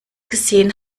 gesehen